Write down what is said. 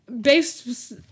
based